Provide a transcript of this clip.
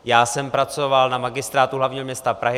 Já jsem pracoval na Magistrátu hlavního města Prahy.